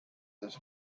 this